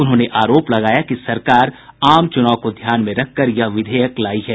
उन्होंने आरोप लगाया कि सरकार आम चूनाव को ध्यान में रखकर यह विधेयक लायी है